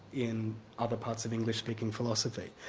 in other parts of english-speaking philosophy,